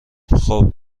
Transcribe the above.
خوب